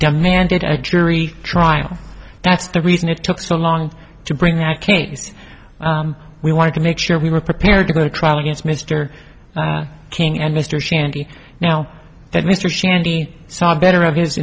demanded a jury trial that's the reason it took so long to bring the case we wanted to make sure we were prepared to go to trial against mr king and mr shandy now that mr shandy saw better of his